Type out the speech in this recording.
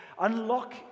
Unlock